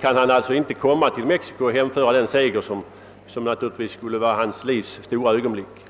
kan han alltså inte komma till Mexico och hemföra den seger som naturligtvis skulle vara hans livs stora ögonblick.